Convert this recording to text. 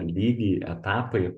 lygiai etapai